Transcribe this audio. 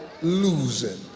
losing